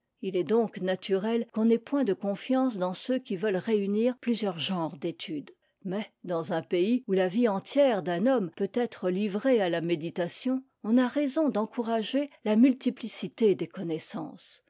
u est donc naturel qu'on n'ait point de confiance dans ceux qui veulent réunir plusieurs genres d'études mais dans un pays où la vie entière d'un homme peut être livrée à la méditation on a raison d'encourager la multiplicité des connaissances